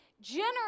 generous